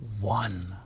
one